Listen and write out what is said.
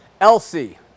Elsie